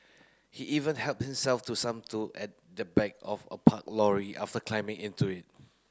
he even helped himself to some tool at the back of a parked lorry after climbing into it